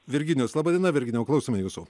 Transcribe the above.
virginijus laba diena virginijau klausome jūsų